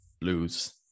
Blues